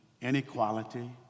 inequality